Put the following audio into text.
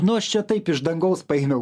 nu aš čia taip iš dangaus paėmiau